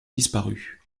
disparu